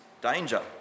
danger